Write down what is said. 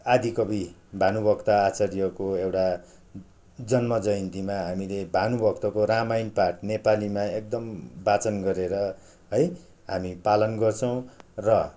आदिकवि भानुभक्त आचार्यको एउटा जन्मजयन्तीमा हामीले भानुभक्तको रामायण पाठ नेपालीमा एकदम वाचन गरेर है हामी पालन गर्छौँ र